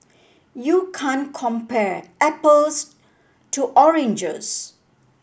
you can't compare apples to oranges